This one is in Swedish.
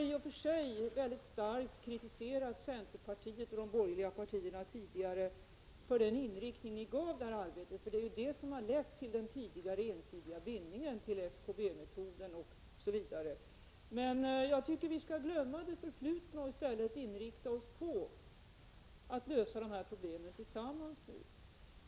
I och för sig har vi tidigare starkt kritiserat centerpartiet och de övriga borgerliga partierna för den inriktning de gav arbetet. Det är ju detta som har lett till den ensidiga bindningen till SKB-metoden osv. Men jag tycker att vi skall glömma det förflutna och i stället inrikta oss på att lösa problemen tillsammans.